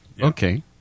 Okay